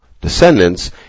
descendants